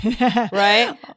Right